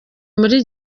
muri